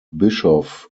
bischoff